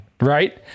Right